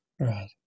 Right